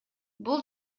бул